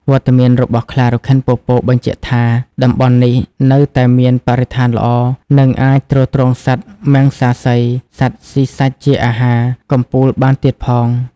វត្តមានរបស់ខ្លារខិនពពកបញ្ជាក់ថា តំបន់នេះនៅតែមានបរិស្ថានល្អ និងអាចទ្រទ្រង់សត្វមំសាសី (សត្វស៊ីសាច់ជាអាហារ) កំពូលបានទៀតផង។